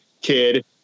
kid